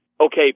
okay